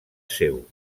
seu